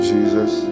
Jesus